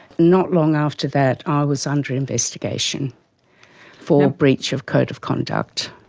not long after that i was under investigation for breach of code of conduct.